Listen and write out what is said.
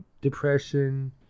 depression